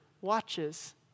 watches